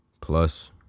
Plus